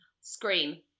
screen